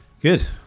good